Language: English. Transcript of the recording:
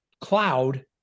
cloud